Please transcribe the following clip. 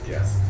Yes